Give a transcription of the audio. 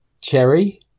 Cherry